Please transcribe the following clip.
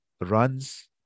Runs